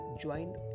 joined